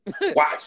Watch